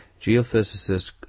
geophysicist